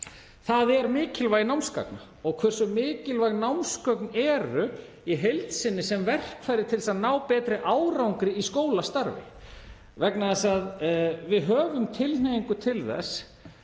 það er mikilvægi námsgagna og hversu mikilvæg námsgögn eru í heild sinni sem verkfæri til að ná betri árangri í skólastarfinu. Við höfum tilhneigingu til þess